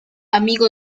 amigo